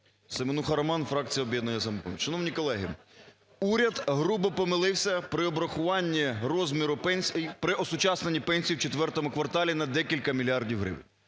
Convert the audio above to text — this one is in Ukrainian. СеменухаРоман, фракція "Об'єднання "Самопоміч". Шановні колеги, уряд грубо помилився при обрахуванні розміру пенсій… при осучаснені пенсій в четвертому кварталі на декілька мільярдів гривень.